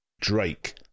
Drake